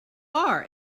are